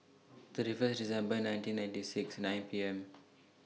thirty First December nineteen ninety six nine P M